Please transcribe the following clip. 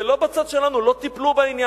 זה לא בצד שלנו, לא טיפלו בעניין.